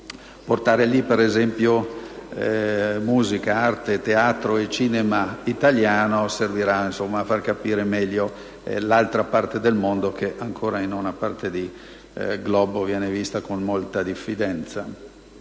portare in quel Paese musica, arte, teatro e cinema italiano servirà a far capire meglio l'altra parte del mondo, che ancora, in una parte del globo, viene vista con molta diffidenza.